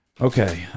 Okay